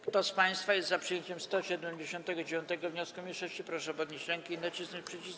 Kto z państwa jest za przyjęciem 179. wniosku mniejszości, proszę podnieść rękę i nacisnąć przycisk.